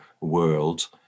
world